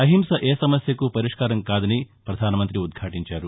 అహింస ఏ సమస్యకూ పరిష్కారం కాదని పధాన మంత్రి ఉద్యాలించారు